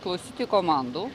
klausyti komandų